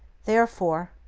therefore,